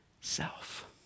self